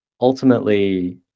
Ultimately